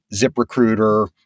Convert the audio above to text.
ZipRecruiter